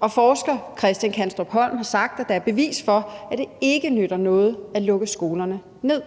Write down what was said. Og forsker Christian Kanstrup Holm har sagt, at der er bevis for, at det ikke nytter noget at lukke skolerne ned.